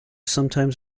sometimes